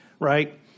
right